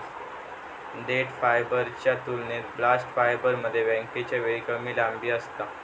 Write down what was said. देठ फायबरच्या तुलनेत बास्ट फायबरमध्ये ब्रेकच्या वेळी कमी लांबी असता